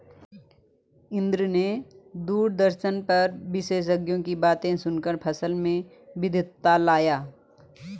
इंद्र ने दूरदर्शन पर विशेषज्ञों की बातें सुनकर फसल में विविधता लाया